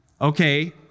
okay